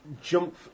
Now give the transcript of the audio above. jump